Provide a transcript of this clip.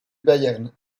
bayern